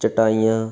ਚਟਾਈਆਂ